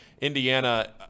Indiana